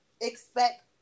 expect